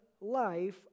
life